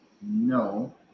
no